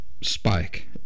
spike